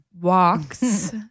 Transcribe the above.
walks